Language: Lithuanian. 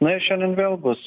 na ir šiandien vėl bus